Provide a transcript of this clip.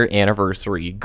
anniversary